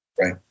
Right